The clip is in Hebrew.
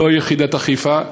לא יחידת אכיפה,